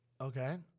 Okay